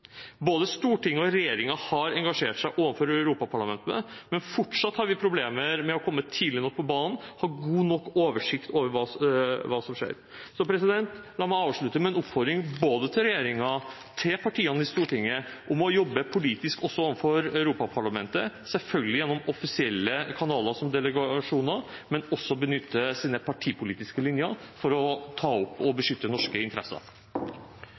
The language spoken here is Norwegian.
Både Stortinget og regjeringen har engasjert seg overfor Europaparlamentet, men fortsatt har vi problemer med å komme tidlig nok på banen og ha god nok oversikt over hva som skjer. La meg avslutte med en oppfordring til både regjeringen og partiene i Stortinget om å jobbe politisk overfor Europaparlamentet, selvfølgelig gjennom offisielle kanaler, som f.eks. delegasjoner, men også ved å benytte sine partipolitiske kommunikasjonslinjer for å ta opp og beskytte norske interesser.